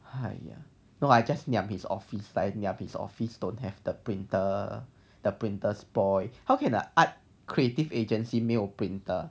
!haiya! you know I just niam his office like I niam his office don't have the printer the printers spoil how can the art creative agency 没有 printer